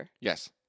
Yes